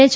H